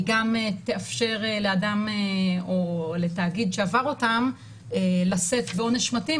היא גם תאפשר לאדם או לתאגיד שעבר אותן לשאת בעונש מתאים,